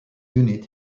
unit